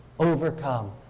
overcome